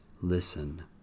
listen